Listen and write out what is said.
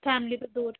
family ਤੋਂ ਦੂਰ